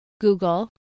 Google